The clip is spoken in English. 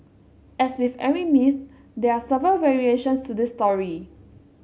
as with every myth there are several variations to this story